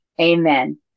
amen